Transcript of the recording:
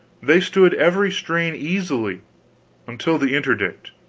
they stood every strain easily until the interdict.